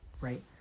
right